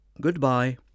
Goodbye